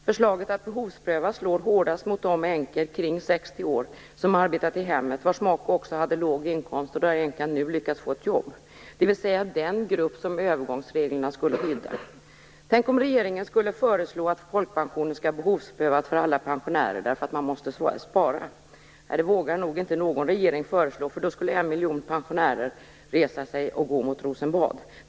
Förslaget att behovspröva slår hårdast mot de änkor omkring 60 års ålder som arbetat i hemmet, vars makar också hade låg inkomst och där änkorna nu har lyckats få jobb, dvs. den grupp som övergångsreglerna skulle skydda. Tänk om regeringen skulle föreslå att folkpensionen skall behovsprövas för alla pensioner därför att man behöver spara! Det vågar nog inte någon regering föreslå, för då skulle en miljon pensionärer resa sig och gå mot Rosenbad.